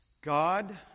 God